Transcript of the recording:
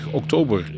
oktober